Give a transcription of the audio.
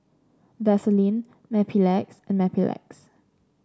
Vaselin Mepilex and Mepilex